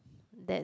that